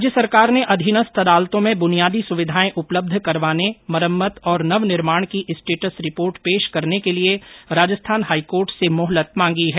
राज्य सरकार ने अधीनस्थ अदालतों में बुनियादी सुविधाएं उपलब्ध करवाने मरम्मत और नवनिर्माण की स्टेटस रिपोर्ट पेश करने के लिए राजस्थान हाईकोर्ट से मोहलत मांगी है